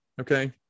Okay